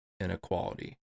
inequality